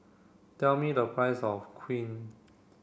tell me the price of Queen